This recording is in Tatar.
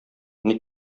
ник